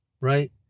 right